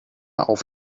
auf